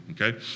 okay